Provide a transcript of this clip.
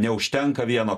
neužtenka vieno